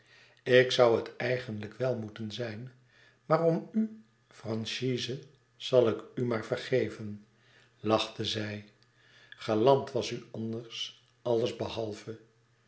ik zoû het eigenlijk wel moeten zijn maar om uw franchise zal ik u maar vergeven lachte zij galant was u anders allesbehalve